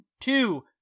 two